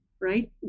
right